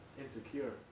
insecure